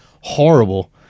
horrible